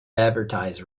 advertise